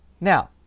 now